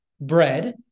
bread